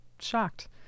shocked